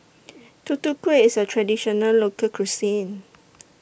Tutu Kueh IS A Traditional Local Cuisine